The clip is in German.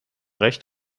recht